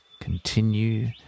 Continue